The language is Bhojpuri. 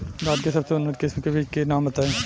धान के सबसे उन्नत किस्म के बिज के नाम बताई?